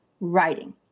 writing